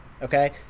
okay